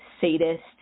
sadist